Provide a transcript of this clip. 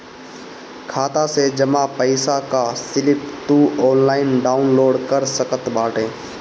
खाता से जमा पईसा कअ स्लिप तू ऑनलाइन डाउन लोड कर सकत बाटअ